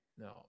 no